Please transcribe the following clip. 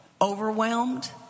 overwhelmed